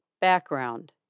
Background